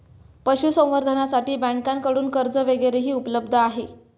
पशुसंवर्धनासाठी बँकांकडून कर्ज वगैरेही उपलब्ध आहे